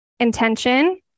Intention